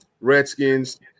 Redskins